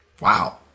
Wow